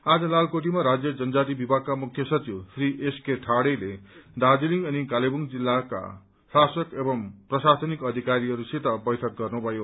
आज लालकोठीमा राज्य जनजाति विभागका मुख्य सचिव श्री एसके याडेले दार्जीलिङ अनि कालेबुङका जिल्ला शासक एवं प्रशासनिक अधिकारीहरूसित बैठक गर्नुभयो